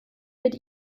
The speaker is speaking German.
mit